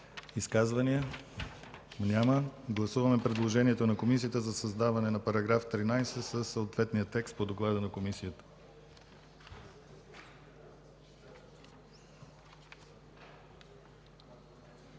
Изказвания? Няма. Гласуваме предложението на Комисията за създаване на § 11 със съответния текст по доклада на Комисията.